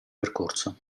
percorso